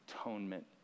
atonement